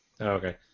Okay